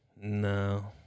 No